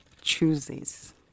chooses